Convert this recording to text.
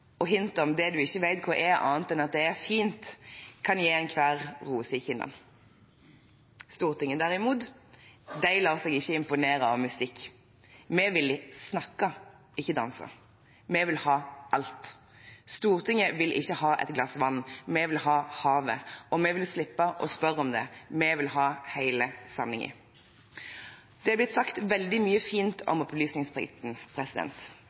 og hint om det man ikke vet hva er, annet enn at det er fint, kan gi enhver roser i kinnene. Stortinget, derimot, lar seg ikke imponere av mystikk. Vi vil snakke, ikke danse. Vi vil ha alt. Stortinget vil ikke ha et glass vann, vi vil ha havet. Og vi vil slippe å spørre om det. Vi vil ha hele sanningen. Det er blitt sagt veldig mye fint om opplysningsplikten.